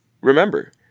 remember